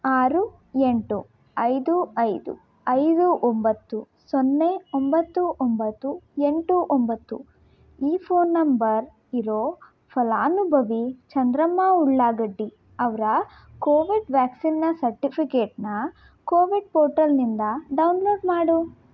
ಆರು ಎಂಟು ಐದು ಐದು ಐದು ಒಂಬತ್ತು ಸೊನ್ನೆ ಒಂಬತ್ತು ಒಂಬತ್ತು ಎಂಟು ಒಂಬತ್ತು ಈ ಫೋನ್ ನಂಬರ್ ಇರೋ ಫಲಾನುಭವಿ ಚಂದ್ರಮ್ಮ ಉಳ್ಳಾಗಡ್ಡಿ ಅವರ ಕೋವಿಡ್ ವ್ಯಾಕ್ಸಿನ್ನ ಸರ್ಟಿಫಿಕೇಟನ್ನ ಕೋವಿಡ್ ಪೋರ್ಟಲ್ನಿಂದ ಡೌನ್ಲೋಡ್ ಮಾಡು